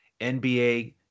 NBA